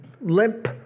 limp